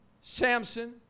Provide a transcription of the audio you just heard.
Samson